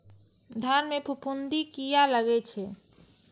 धान में फूफुंदी किया लगे छे?